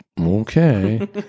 Okay